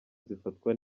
zifatwa